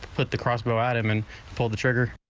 but the crossbow at him and pulled the trigger.